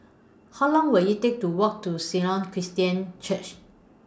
How Long Will IT Take to Walk to Sion Christian Church